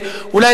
אולי,